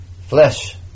flesh